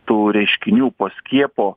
tų reiškinių po skiepo